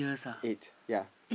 eight ya